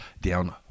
down